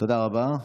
תודה רבה.